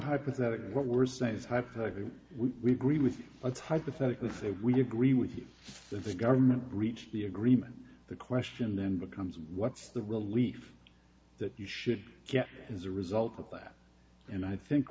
hypothetical what we're saying is hypothetically we agree with let's hypothetically say we agree with you that the government breached the agreement the question then becomes what's the relief that you should get as a result of that and i think